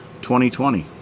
2020